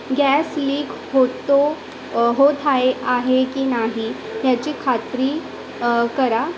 gas leak होतो होत आहे आहे की नाही ह्याची खात्री करा